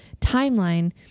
timeline